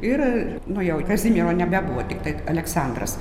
ir nu jau kazimiero nebebuvo tiktai aleksandras